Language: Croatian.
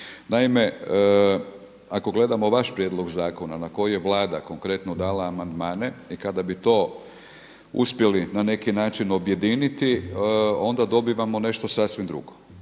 Naime, ako gledamo vaš prijedlog zakona na koji je Vlada konkretno dala amandmane i kada bi to uspjeli na neki način objediniti onda dobivamo nešto sasvim drugo